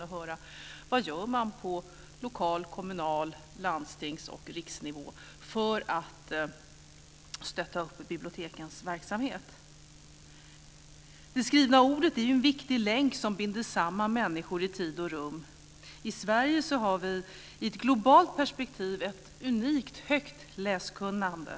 De vill höra vad man på lokal, kommunal, landstings och riksnivå gör för att stötta bibliotekens verksamhet. Det skrivna ordet är en viktig länk som binder samman människor i tid och rum. I Sverige har vi i ett globalt perspektiv ett unikt högt läskunnande.